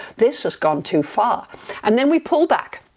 this has gone too far and then, we pull back,